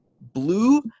blue